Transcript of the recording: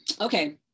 Okay